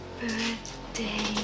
birthday